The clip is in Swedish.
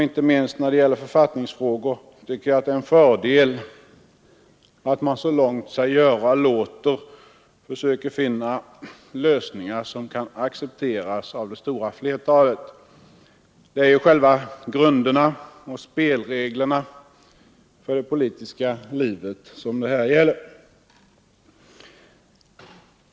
Inte minst när det gäller författningsfrågor tycker jag att det är en fördel att man så långt sig göra låter försöker finna lösningar som kan accepteras av det stora flertalet. Det är ju själva grunderna och spelreglerna för det politiska livet som det här gäller.